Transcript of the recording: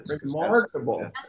remarkable